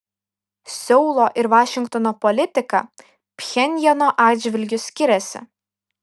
seulo ir vašingtono politika pchenjano atžvilgiu skiriasi